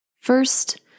first